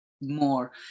more